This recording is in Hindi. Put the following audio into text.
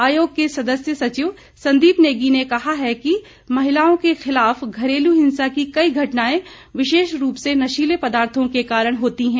आयोग के सदस्य सचिव संदीप नेगी ने कहा है कि महिलाओं के खिलाफ घरेलू हिंसा की कई घटनायें विशेष रूप से नशीले पदार्थो के कारण होती हैं